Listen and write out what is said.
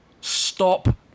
Stop